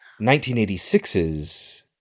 1986's